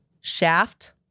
Shaft